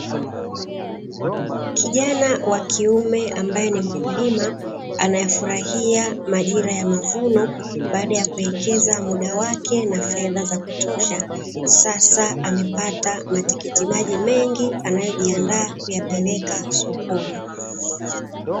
Kijana wa kiume ambaye ni mkulima anayafurahia majira ya mavuno baada ya kuwekeza muda wake na fedha za kutosha, sasa amepata matikiti maji mengi anayojiandaa kuyapeleka sokoni.